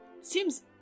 seems